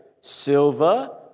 silver